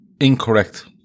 Incorrect